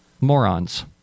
Morons